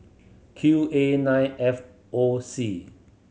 Q A Nine F O C